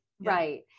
Right